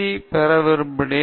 D பெற விரும்பினேன்